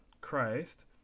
Christ